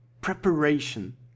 Preparation